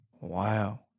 Wow